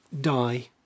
die